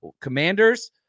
Commanders